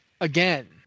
again